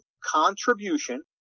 contribution